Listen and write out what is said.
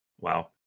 Wow